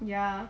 ya